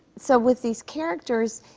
so with these characters,